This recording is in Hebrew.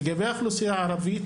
לגבי האוכלוסייה הערבית,